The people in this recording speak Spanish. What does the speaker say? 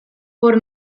por